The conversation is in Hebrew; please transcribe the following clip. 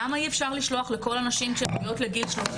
למה אי אפשר לשלוח לכל הנשים שמגיעות לגיל 30